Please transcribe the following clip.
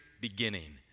beginning